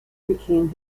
became